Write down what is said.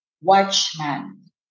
watchman